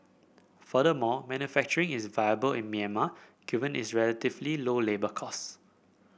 furthermore manufacturing is viable in Myanmar given its relatively low labour cost